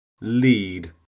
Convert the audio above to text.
lead